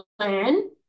plan